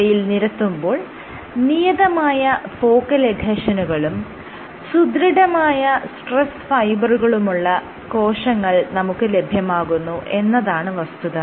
ഇവയിൽ നിരത്തുമ്പോൾ നിയതമായ ഫോക്കൽ എഡ്ഹെഷനുകളും സുദൃഢമായ സ്ട്രെസ്സ്ഫൈബറുകളുമുള്ള കോശങ്ങൾ നമുക്ക് ലഭ്യമാകുന്നു എന്നതാണ് വസ്തുത